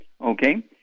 Okay